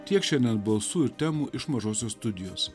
tiek šiandien balsų ir temų iš mažosios studijos